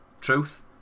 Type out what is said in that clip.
truth